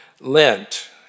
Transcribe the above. Lent